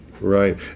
right